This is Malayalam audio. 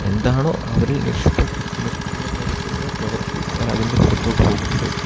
എന്താണോ അവർ നിഷ്പക്ഷ നിഷ്ക്രിയമായിരിക്കുന്ന പ്രവർത്തി അവരതിൻ്റെ പുറത്തോട്ടു പോകുന്നുണ്ടൊരു